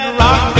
rock